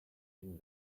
been